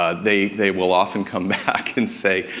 ah they they will often come back and say,